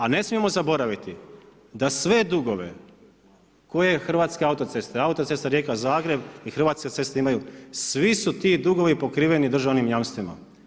A ne smijemo zaboraviti, da sve dugove, koje Hrvatska autoceste, autocesta Rijeka- Zagreb i hrvatske ceste imaju, svi su ti dugovi pokriveni državnim jamstvima.